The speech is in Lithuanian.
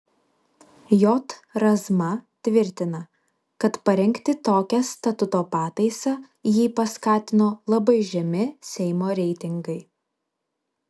j razma tvirtina kad parengti tokią statuto pataisą jį paskatino labai žemi seimo reitingai